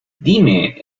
dime